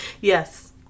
Yes